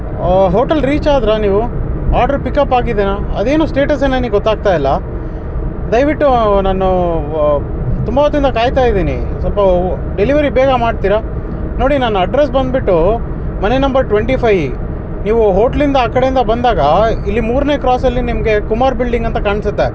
hotel reach ಆದಿರಾ ನೀವು order pickup ಆಗಿದೆಯಾ ಅದೇನೋ ಸ್ಟೇಟಸೇ ನನಗೆ ಗೊತ್ತಾಗ್ತಾ ಇಲ್ಲ ದಯವಿಟ್ಟು ನಾನು ತುಂಬ ಹೊತ್ತಿಂದ ಕಾಯ್ತಾ ಇದ್ದೀನಿ ಸ್ವಲ್ಪ ಡೆಲಿವರಿ ಬೇಗ ಮಾಡ್ತೀರಾ ನೋಡಿ ನನ್ನ ಅಡ್ರೆಸ್ಸ್ ಬಂದುಬಿಟ್ಟು ಮನೆ ನಂಬರ್ ಟ್ವೆಂಟಿ ಫೈಯ್ ನೀವು ಹೋಟ್ಲಿಂದ ಆ ಕಡೆಯಿಂದ ಬಂದಾಗ ಇಲ್ಲಿ ಮೂರನೇ ಕ್ರಾಸಲ್ಲಿ ನಿಮಗೆ ಕುಮಾರ್ ಬಿಲ್ಡಿಂಗ್ ಅಂತ ಕಾಣ್ಸುತ್ತೆ